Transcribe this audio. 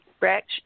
Rex